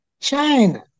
China